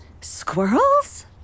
Squirrels